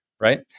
right